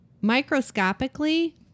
Microscopically